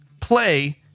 play